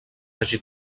hagi